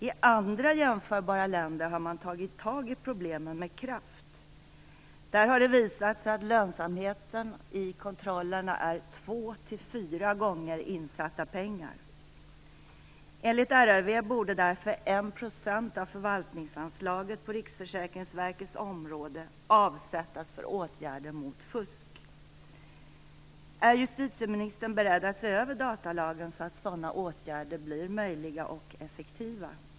I andra jämförbara länder har man tagit tag i problemen med kraft. Där har det visat sig att lönsamheten i kontrollerna är 2-4 gånger insatta pengar. Enligt RRV borde därför 1 % av förvaltningsanslaget för Riksförsäkringsverkets område avsättas för åtgärder mot fusk. Är justitieministern beredd att se över datalagen, så att sådana åtgärder blir möjliga och effektiva?